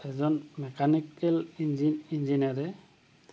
এজন mechanical engine ইঞ্জিনিয়াৰে